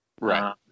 Right